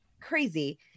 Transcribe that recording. crazy